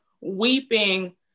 weeping